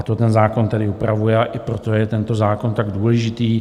To ten zákon tedy upravuje, i proto je tento zákon tak důležitý.